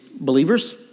believers